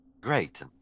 Great